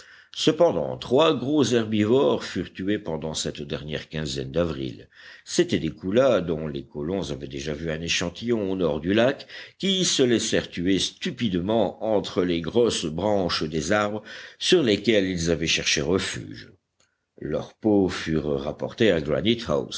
cependant trois gros herbivores furent tués pendant cette dernière quinzaine d'avril c'étaient des koulas dont les colons avaient déjà vu un échantillon au nord du lac qui se laissèrent tuer stupidement entre les grosses branches des arbres sur lesquels ils avaient cherché refuge leurs peaux furent rapportées à